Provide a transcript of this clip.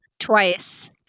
twice